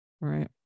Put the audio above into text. Right